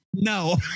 No